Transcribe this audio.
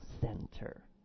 center